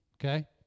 okay